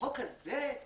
בחוק הזה,